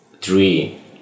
three